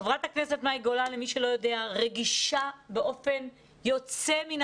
חברת הכנסת מאי גולן רגישה באופן יוצא מן